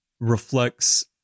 reflects